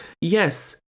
Yes